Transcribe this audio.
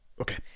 Okay